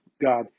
God